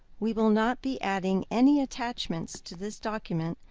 we will not be adding any attachments to this document,